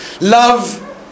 Love